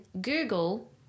Google